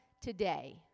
today